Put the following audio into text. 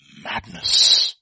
Madness